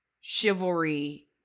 chivalry